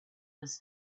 was